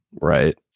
right